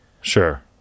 sure